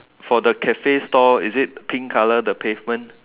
for the cafe store is it pink colour the pavement